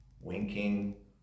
winking